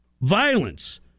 violence